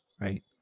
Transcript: right